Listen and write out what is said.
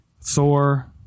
Thor